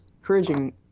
encouraging